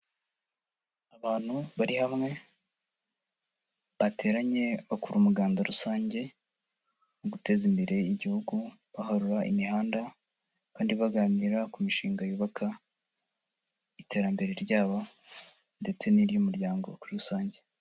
Abantu bari hamwe, bateranye bakora umuganda rusange, mu guteza imbere Igihugu, baharura imihanda, abandi baganira ku mishinga yubaka, iterambere ryabo, ndetse n'iry'umuryango ku rusange.